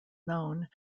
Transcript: known